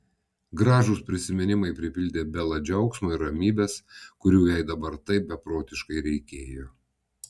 gražūs prisiminimai pripildė belą džiaugsmo ir ramybės kurių jai dabar taip beprotiškai reikėjo